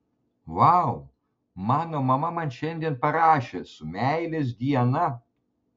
vau mano mama man šiandien parašė su meilės diena